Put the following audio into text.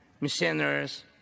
missionaries